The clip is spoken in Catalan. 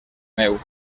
meu